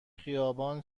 خیابان